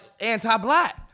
anti-black